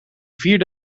vierde